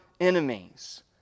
enemies